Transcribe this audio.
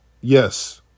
Yes